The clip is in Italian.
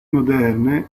moderne